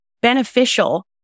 beneficial